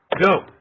go